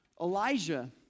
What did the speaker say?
Elijah